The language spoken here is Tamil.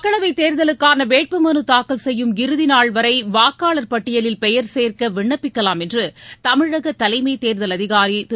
மக்களவை தேர்தலுக்கான வேட்புமனு தாக்கல் செய்யும் இறுதிநாள் வரை வாக்காளர் பட்டியலில் பெயர் சேர்க்க விண்ணப்பிக்கலாம் என்று தமிழக தலைமைத் தேர்தல் அதிகாரி திரு